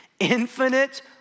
Infinite